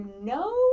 no